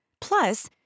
Plus